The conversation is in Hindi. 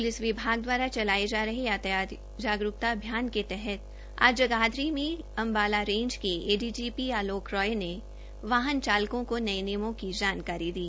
पुलिस विभाग द्वारा चलाए जा रहे यातायात जागरूकता अभियान के तहत आज जगाधरी में अंबाला रेंज के एडीजीपी आलोक राय ले वाहन चालकों को नये नियमों की जानकारी दी